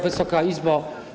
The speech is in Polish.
Wysoka Izbo!